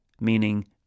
meaning